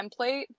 template